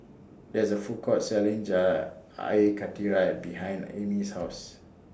There IS A Food Court Selling Air Karthira behind Amey's House